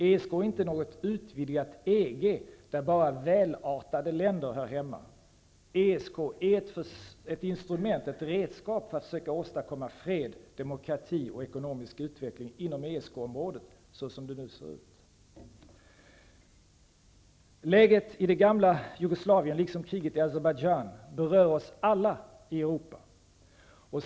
ESK är inte något utvidgat EG där bara välartade länder hör hemma. ESK är ett redskap för att försöka åstadkomma fred, demokrati och ekonomisk utveckling inom ESK-området så som det nu ser ut. Läget i det gamla Jugoslavien, liksom kriget i Azerbajdzjan berör oss alla i Europa.